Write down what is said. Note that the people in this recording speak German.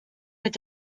mit